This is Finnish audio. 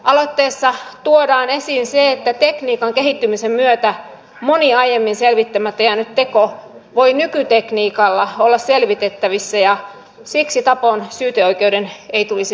aloitteessa tuodaan esiin se että tekniikan kehittymisen myötä moni aiemmin selvittämättä jäänyt teko voi nykytekniikalla olla selvitettävissä ja siksi tapon syyteoikeuden ei tulisi vanhentua